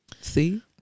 See